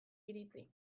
iritsi